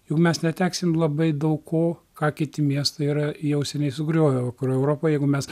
juk mes neteksim labai daug ko ką kiti miestai yra jau seniai sugriovę vakarų europoj jeigu mes